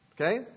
okay